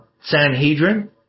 Sanhedrin